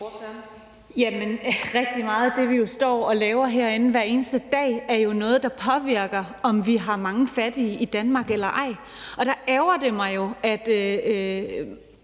Rigtig meget af det, vi står og laver herinde hver eneste dag, er jo noget, der påvirker, om vi har mange fattige i Danmark eller ej. Og der ærgrer det mig jo,